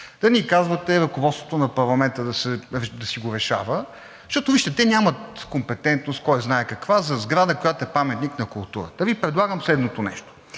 не ни казвате ръководството на парламента да си го решава, защото, вижте, че те нямат компетентност кой знае каква за сградата, която е паметник на културата, и Ви предлагам следното нещо: